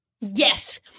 Yes